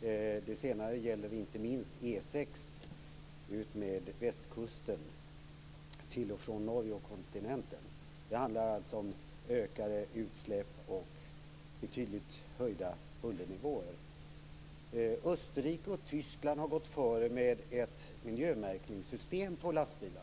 Det senare gäller inte minst E 6 utmed Västkusten till och från Norge och kontinenten. Det handlar alltså om ökade utsläpp och betydligt höjda bullernivåer. Österrike och Tyskland har gått före med ett miljömärkningssystem på lastbilarna.